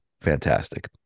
fantastic